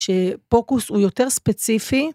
שפוקוס הוא יותר ספציפי.